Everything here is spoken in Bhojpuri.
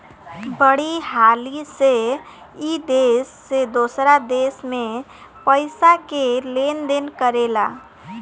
बड़ी हाली से ई देश से दोसरा देश मे पइसा के लेन देन करेला